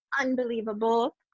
unbelievable